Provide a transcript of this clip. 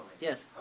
Yes